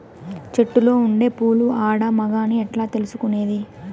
చెట్టులో ఉండే పూలు ఆడ, మగ అని ఎట్లా తెలుసుకునేది?